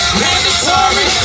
mandatory